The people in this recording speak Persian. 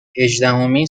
هجدهمین